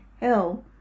hell